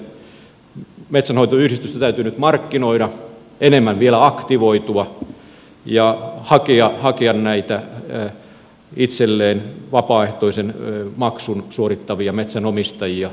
metsänhoitoyhdistysten täytyy nyt markkinoida enemmän vielä aktivoitua ja hakea itselleen vapaaehtoisen maksun suorittavia metsänomistajia